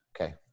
Okay